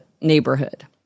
neighborhood